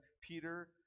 Peter